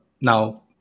now